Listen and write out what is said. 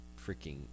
freaking